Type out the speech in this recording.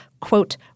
quote